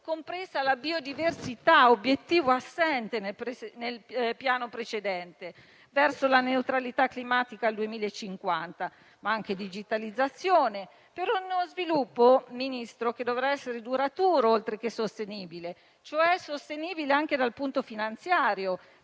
compresa la biodiversità, obiettivo assente nel piano precedente - verso la neutralità climatica al 2050, ma anche la digitalizzazione, per uno sviluppo che dovrebbe essere duraturo, oltre che sostenibile, anche dal punto finanziario,